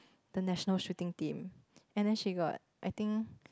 the national shooting team and then she got I think